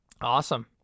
Awesome